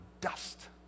dust